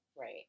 Right